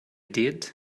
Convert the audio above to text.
did